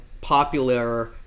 popular